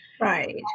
right